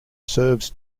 serves